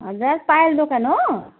हजुर पायल दोकान हो